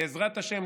בעזרת השם,